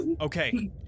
Okay